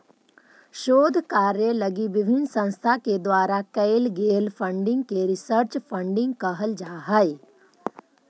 शोध कार्य लगी विभिन्न संस्था के द्वारा कैल गेल फंडिंग के रिसर्च फंडिंग कहल जा हई